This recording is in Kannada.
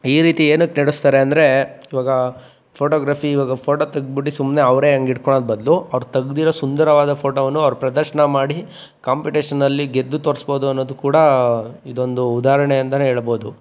ಈ ರೀತಿ ಏನಕ್ಕೆ ನಡೆಸ್ತಾರೆ ಅಂದರೆ ಇವಾಗ ಫೋಟೋಗ್ರಫಿ ಇವಾಗ ಫೋಟೋ ತೆಗ್ಬಿಟ್ಟು ಸುಮ್ಮನೆ ಅವರೇ ಹಂಗ್ ಹಿಡ್ಕೊಳೊದ್ ಬದಲು ಅವ್ರು ತೆಗೆದಿರೋ ಸುಂದರವಾದ ಫೋಟೋವನ್ನು ಅವ್ರು ಪ್ರದರ್ಶನ ಮಾಡಿ ಕಾಂಪಿಟೇಷನಲ್ಲಿ ಗೆದ್ದು ತೋರ್ಸ್ಬೋದು ಅನ್ನೋದು ಕೂಡ ಇದೊಂದು ಉದಾಹರಣೆ ಅಂತಾನೆ ಹೇಳ್ಬೋದು